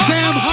Sam